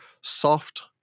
soft